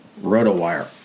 ROTOWIRE